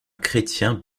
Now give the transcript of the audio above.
chrétien